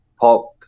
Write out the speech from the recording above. pop